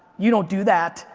you don't do that.